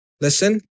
Listen